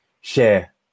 share